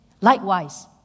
Likewise